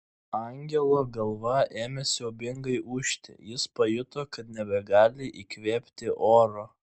angelo galva ėmė siaubingai ūžti jis pajuto kad nebegali įkvėpti oro